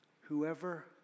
Whoever